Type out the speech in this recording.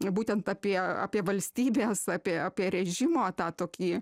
būtent apie apie valstybės apie apie režimo tą tokį